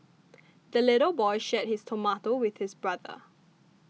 the little boy shared his tomato with his brother